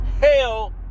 Hell